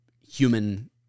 human